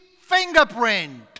fingerprint